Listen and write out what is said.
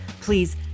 please